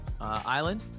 Island